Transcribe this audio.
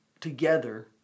together